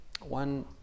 one